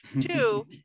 Two